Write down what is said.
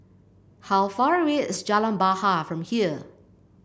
how far away is Jalan Bahar from here